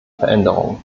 veränderungen